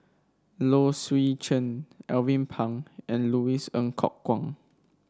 Low Swee Chen Alvin Pang and Louis Ng Kok Kwang